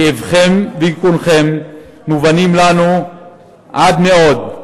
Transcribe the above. כאבכם ויגונכם מובנים לנו מאוד.